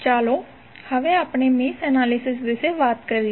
ચાલો હવે આપણે મેશ એનાલિસિસ વિશે વાત કરીએ